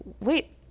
wait